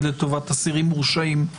לטובת אסירים מורשעים הליכי שיקום.